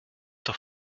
doch